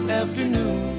afternoon